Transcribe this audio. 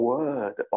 Word